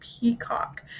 Peacock